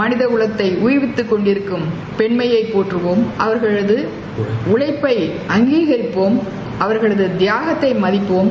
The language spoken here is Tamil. மவித குலத்தை உயிர்வித்தக்கொண்டிருக்கும் பெண்மையப் போற்றவோம் அவர்களது உழழப்ளப அங்கேரிப்போம் அவர்களது தியாகத்தை மதிப்போம்